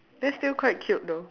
that's still quite cute though